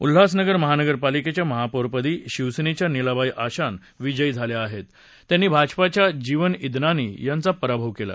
उल्हासनगर महापालिकेच्या महापौरपदी शिवसेनेच्या लिलाबाई अशान विजयी झाल्या आहेत त्यांनी भाजपाचे जीवन डेनानी यांचा पराभव केला